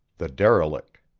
the derelict